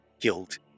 guilt